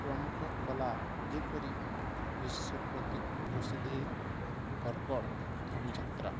ପ୍ରମୁଖ କଳା ଯେପରି ବିଶ୍ୱ ପ୍ରସିଦ୍ଧି ବରଗଡ଼ ଧନୁଯାତ୍ରା